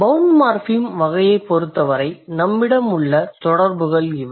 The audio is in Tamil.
பௌண்ட் மார்ஃபிம் வகையைப் பொருத்தவரை நம்மிடம் உள்ள தொடர்புகள் இவை